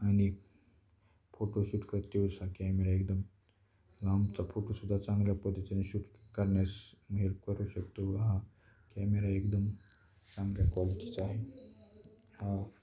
आणि फोटोशूट करतेवेळेस हा कॅमेरा एकदम लांबचा फोटोसुद्धा चांगल्या पद्धतीने शूट करण्यास मग हेल्प करू शकतो हा कॅमेरा एकदम चांगल्या क्वालिटीचा आहे हा